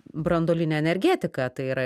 branduoline energetika tai yra